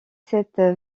cette